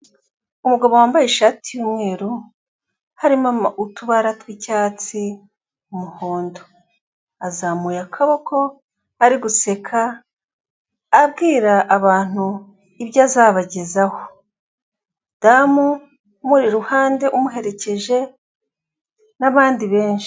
Umugabo wambaye ishati y'umweru harimo utubara tw'icyatsi n'umuhondo azamuye akaboko ari guseka abwira abantu ibyo azabageza udamu umuri iruhande amuherekeje n'abandi benshi.